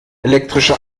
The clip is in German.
elektrische